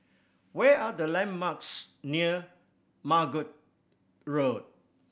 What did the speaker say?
what are the landmarks near Margate Road